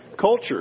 culture